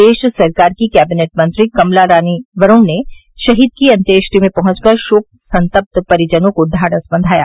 प्रदेश सरकार की कैबिनेट मंत्री कमला रानी वरूण ने शहीद की अन्त्येष्टि में पहुंचकर शोक संतप्त परिजनों को ढाढस बंधाया